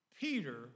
Peter